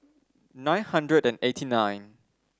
nine hundred and eighty nine